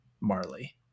Marley